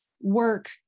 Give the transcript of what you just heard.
work